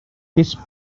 his